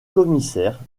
commissaire